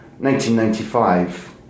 1995